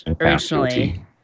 originally